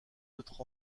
votre